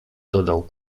dodał